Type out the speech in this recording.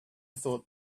thought